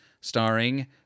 starring